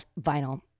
vinyl